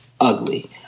ugly